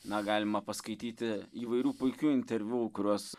na galima paskaityti įvairių puikių interviu kuriuos